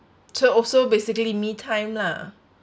so also basically me time lah